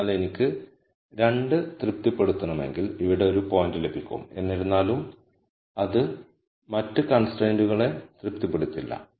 അതിനാൽ എനിക്ക് 2 തൃപ്തിപ്പെടുത്തണമെങ്കിൽ ഇവിടെ ഒരു പോയിന്റ് ലഭിക്കും എന്നിരുന്നാലും അത് മറ്റ് കൺസ്ട്രൈന്റ്കളെ തൃപ്തിപ്പെടുത്തില്ല